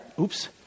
Oops